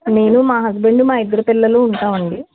నేను మా హస్బెండ్ మా ఇద్దరు పిల్లలు ఉంటాము అండి